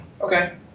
Okay